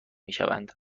میشوند